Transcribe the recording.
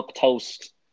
toast